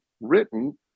written